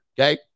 Okay